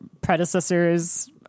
predecessors